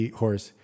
horse